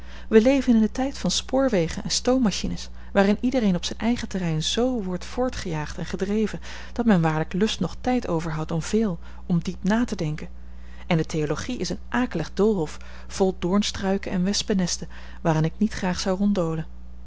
wij leven in een tijd van spoorwegen en stoommachines waarin iedereen op zijn eigen terrein zoo wordt voortgejaagd en gedreven dat men waarlijk lust noch tijd overhoudt om veel om diep na te denken en de theologie is een akelige doolhof vol doornstruiken en wespennesten waarin ik niet graag zou